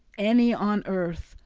any on earth,